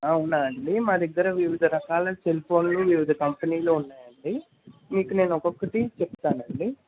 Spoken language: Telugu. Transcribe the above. అవునా అండి మా దగ్గర వివిధ రకాల సెల్ఫోన్లు వివిధ కంపెనీలు ఉన్నాయండి మీకు నేను ఒక్కొక్కటి చెప్తానండి